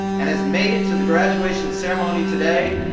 and has made it to the graduation ceremony today.